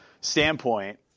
standpoint